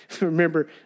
Remember